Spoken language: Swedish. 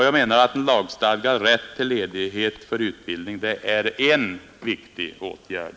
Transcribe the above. Jag menar att en lagstadgad rätt till ledighet för utbildning är en viktig åtgärd.